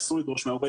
אסור לדרוש מההורה,